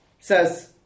says